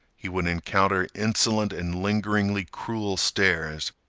he would encounter insolent and lingeringly cruel stares.